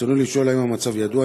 רצוני לשאול: 1. האם המצב ידוע?